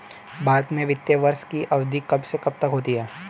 भारत में वित्तीय वर्ष की अवधि कब से कब तक होती है?